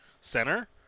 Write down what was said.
center